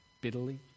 bitterly